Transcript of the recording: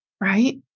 Right